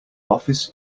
office